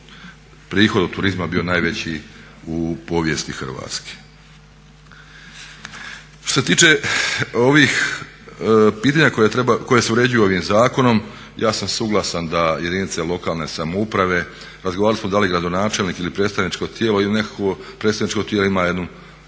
prihod od turizma najveći u povijesti Hrvatske. Što se tiče ovih pitanja koja se uređuju ovim zakonom ja sam suglasan da jedinice lokalne samouprave, razgovarali smo da li gradonačelnik ili predstavničko tijelo ili nekakvo predstavničko tijelo ima jednu, kako